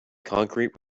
concrete